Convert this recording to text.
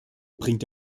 bringt